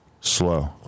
slow